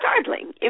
startling